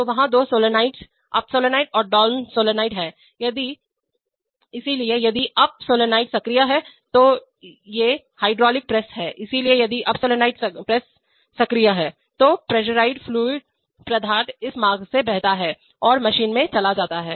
तो वहाँ दो solenoids अप solenoid और डाउन solenoid हैं इसलिए यदि अप solenoid सक्रिय है तो ये हाइड्रोलिक प्रेस हैं इसलिए यदि up solenoid प्रेस सक्रिय है तो प्रेशराइज्ड फ्लूइड पदार्थ इस मार्ग से बहता है और मशीन में चला जाता है